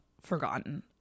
forgotten